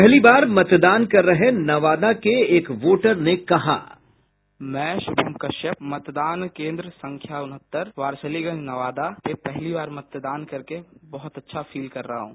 पहली बार मतदान कर रहे नवादा के एक वोटर ने कहा मैं शुभम कश्यप मतदान केन्द्र संख्या उनहत्तर वारिसलीगंज नवादा में पहली बार मतदान करके बहत अच्छा फील कर रहा हूं